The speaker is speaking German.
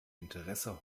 interesse